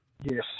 Yes